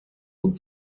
und